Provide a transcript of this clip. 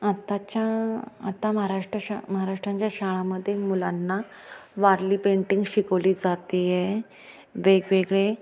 आत्ताच्या आता महाराष्ट्र शा महाराष्ट्रांच्या शाळांमध्ये मुलांना वारली पेंटिंग शिकवली जाते आहे वेगवेगळे